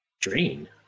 Drain